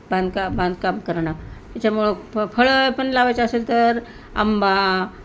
बांधकाम बांधकाम करणं त्याच्यामुळं फ फळं पण लावायचे असेल तर आंबा